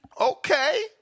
Okay